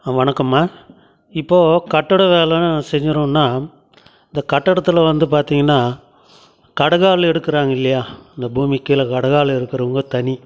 ஆ வணக்கம்மா இப்போ கட்டிட வேலை செய்கிறோன்னா இந்த கட்டடத்தில் வந்து பார்த்திங்கனா கடகால் எடுக்கிறாங்க இல்லையா இந்த பூமிக்கு கீழே கடகால் எடுக்கிறவங்க தனி